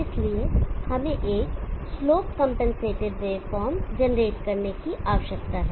इसलिए हमें एक स्लोप कंपनसेटेड वेवफॉर्म जनरेट करने की आवश्यकता है